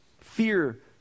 Fear